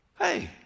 Hey